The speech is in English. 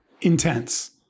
intense